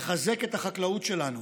לחזק את החקלאות שלנו,